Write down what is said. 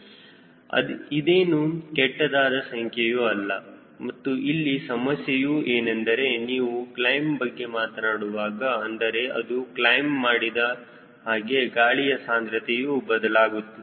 ಇದೇನು ಕೆಟ್ಟದಾದ ಸಂಖ್ಯೆಯು ಅಲ್ಲ ಮತ್ತು ಇಲ್ಲಿ ಸಮಸ್ಯೆಯು ಏನೆಂದರೆ ನೀವು ಕ್ಲೈಮ್ ಬಗ್ಗೆ ಮಾತನಾಡುವಾಗ ಅಂದರೆ ಅದು ಕ್ಲೈಮ್ ಮಾಡಿದ ಹಾಗೆ ಗಾಳಿಯ ಸಾಂದ್ರತೆಯು ಬದಲಾಗುತ್ತದೆ